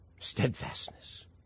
steadfastness